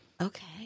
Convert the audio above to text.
Okay